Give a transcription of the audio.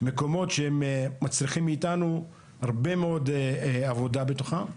מקומות שמצריכים מאיתנו הרבה מאוד עבודה בתוכם.